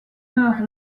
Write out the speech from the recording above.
meurt